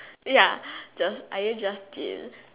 ya just are you Justin